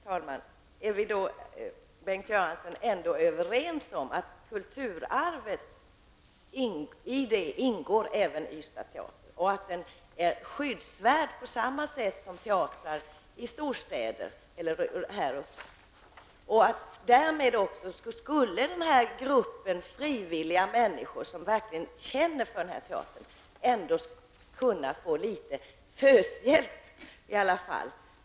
Herr talman! Är vi då ändå överens om, Bengt Göransson, att även Ystads teater ingår i kulturarvet och att den är skyddsvärd på samma sätt som teatrar i storstäder? Därmed skulle de människor som arbetar frivilligt med detta och som verkligen känner för Ystads teater i varje fall kunna få litet föshjälp.